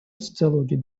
социологии